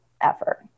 effort